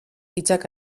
hitzak